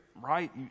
Right